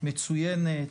מצוינת,